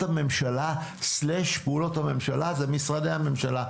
פעולות הממשלה/משרדי הממשלה.